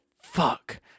fuck